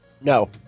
No